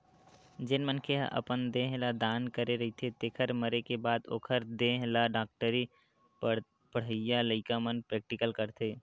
जेन मनखे ह अपन देह ल दान करे रहिथे तेखर मरे के बाद ओखर देहे ल डॉक्टरी पड़हइया लइका मन प्रेक्टिकल करथे